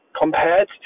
Compared